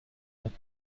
انرژی